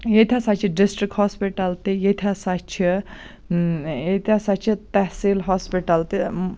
ییٚتہِ ہَسا چھِ ڈِسٹرک ہاسپِٹَل تہٕ ییٚتہِ ہَسا چھِ ییٚتہِ ہَسا چھِ تحصیٖل ہاسپِٹَل تہِ